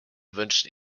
wünschen